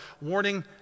warning